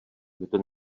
kdo